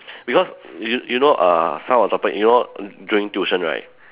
because you you know uh some of the topic you know during tuition right